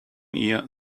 ihr